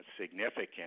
significant